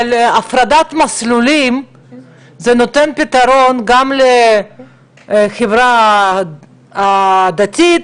אבל הפרדת מסלולים נותנת פתרון גם לחברה הדתית,